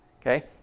Okay